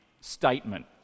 statement